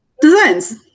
designs